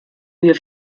wir